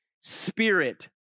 spirit